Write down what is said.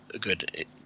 good